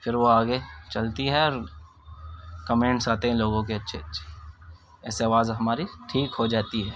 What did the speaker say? پھر وہ آگے چلتی ہے اور کمینٹس آتے ہیں لوگوں کے اچّھے اچّھے ایسے آواز ہماری ٹھیک ہو جاتی ہے